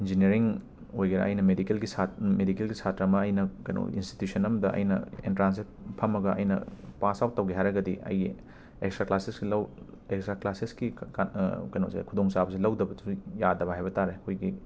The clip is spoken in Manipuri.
ꯏꯟꯖꯤꯅ꯭ꯌꯔꯤꯡ ꯑꯣꯏꯒꯦꯔ ꯑꯩꯅ ꯃꯦꯗꯤꯀꯦꯜꯒꯤ ꯁꯥꯠ ꯃꯦꯗꯤꯀꯦꯜꯒꯤ ꯁꯥꯇ꯭ꯔ ꯑꯃ ꯑꯩꯅ ꯀꯩꯅꯣ ꯏꯟꯁ꯭ꯇꯤꯇ꯭ꯌꯨꯁꯟ ꯑꯝꯗ ꯑꯩꯅ ꯑꯦꯟꯇ꯭ꯔꯥꯟꯁꯁꯦ ꯐꯝꯃꯒ ꯑꯩꯅ ꯄꯥꯁ ꯑꯥꯎꯠ ꯇꯧꯒꯦ ꯍꯥꯏꯔꯒꯗꯤ ꯑꯩꯒꯤ ꯑꯦꯛꯁꯇ꯭ꯔꯥ ꯀ꯭ꯂꯥꯁꯦꯁ ꯂꯧ ꯑꯦꯛꯁꯇ꯭ꯔꯥ ꯀ꯭ꯂꯥꯁꯦꯁꯀꯤ ꯀ ꯀ ꯑ ꯀꯦꯅꯣꯁꯦ ꯈꯨꯗꯣꯡꯆꯥꯕꯁꯦ ꯂꯧꯗꯕꯠꯁꯨ ꯌꯥꯗꯕ ꯍꯥꯏꯕ ꯇꯥꯔꯦ ꯑꯩꯈꯣꯏꯒꯤ